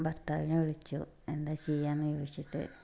ഭർത്താവിനെ വിളിച്ചു എന്താ ചെയ്യുക എന്നു ചോദിച്ചിട്ട്